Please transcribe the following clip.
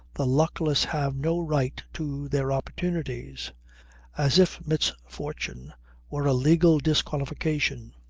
the luckless have no right to their opportunities as if misfortune were a legal disqualification.